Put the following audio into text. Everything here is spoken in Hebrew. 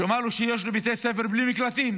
אומר שיש לו בתי ספר בלי מקלטים.